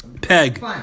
Peg